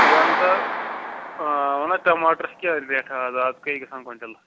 وَنسا آ وَن حظ ٹماٹرَس کیٛاہ ریٹھاہ اَز اَز کٔہۍ گژھان کۄینٛٹل